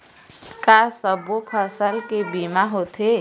का सब्बो फसल के बीमा होथे?